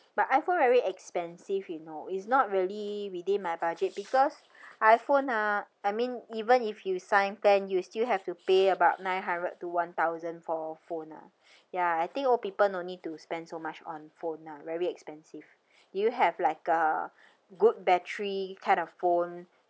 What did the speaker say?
but iphone very expensive you know it's not really within my budget because iphone ah I mean even if you sign plan you still have to pay about nine hundred to one thousand for a phone ah ya I think old people no need to spend so much on phone lah very expensive do you have like a good battery kind of phone